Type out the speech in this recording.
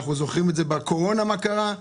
אנחנו זוכרים בקורונה מה קרה.